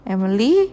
Emily